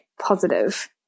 positive